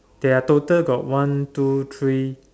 they are total got one two three